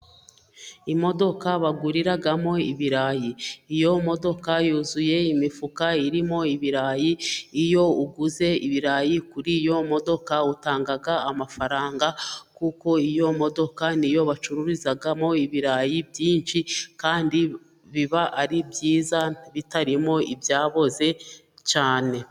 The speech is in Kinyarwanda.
Imodoka baguriramo ibirayi, iyo modoka yuzuye imifuka irimo ibirayi, iyo uguze ibirayi kuri iyo modoka utanga amafaranga, kuko iyo modoka niyo bacururizamo ibirayi byinshi, kandi biba ari byiza bitarimo ibyaboze cyane.